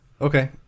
Okay